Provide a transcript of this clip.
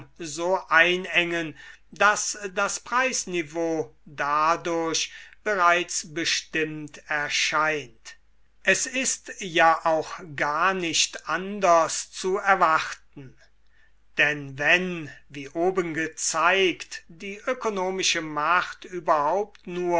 so einengen daß das preisniveau dadurch bereits bestimmt erscheint es ist ja auch gar nicht anders zu erwarten denn wenn wie oben gezeigt die ökonomische macht überhaupt